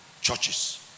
churches